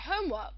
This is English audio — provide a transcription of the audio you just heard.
homework